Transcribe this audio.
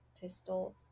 pistol